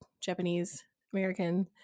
Japanese-American